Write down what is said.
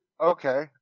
Okay